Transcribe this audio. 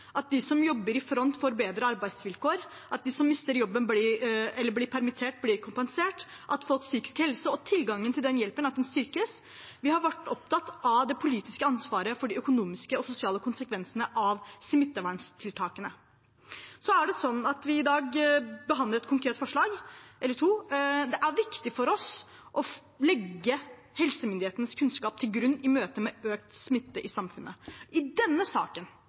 at de som jobber i front, får bedre arbeidsvilkår, at de som mister jobben eller blir permittert, blir kompensert, og at folks psykiske helse og tilgangen til hjelp styrkes. Vi har vært opptatt av det politiske ansvaret for de økonomiske og sosiale konsekvensene av smitteverntiltakene. Så er det sånn at vi i dag behandler et konkret forslag – eller to. Det er viktig for oss å legge helsemyndighetenes kunnskap til grunn i møte med økt smitte i samfunnet. I denne saken